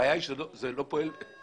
הבעיה היא שזה לא פועל כאקורדיון.